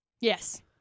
Yes